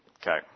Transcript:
Okay